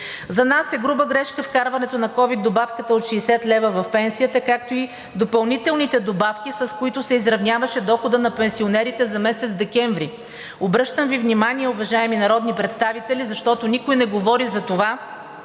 За нас е груба грешка вкарването на ковид добавката от 60 лв. в пенсията, както и допълнителните добавки, с които се изравняваше доходът на пенсионерите за месец декември. Обръщам Ви внимание, уважаеми народни представители, защото никой не говори за това,